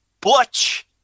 Butch